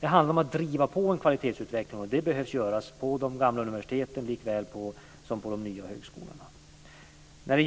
Det handlar om att driva på en kvalitetsutveckling. Det behöver göras på de gamla universiteten likväl som på de nya högskolorna.